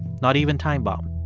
not even time bomb.